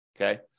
Okay